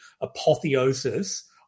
apotheosis